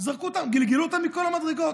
גלגלו אותם מכל המדרגות.